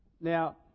Now